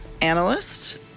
analyst